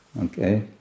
Okay